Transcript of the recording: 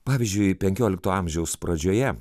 pavyzdžiui penkiolikto amžiaus pradžioje